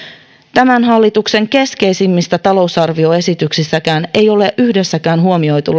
tämän hallituksen keskeisimmissäkään talousarvioesityksissä ei ole yhdessäkään huomioitu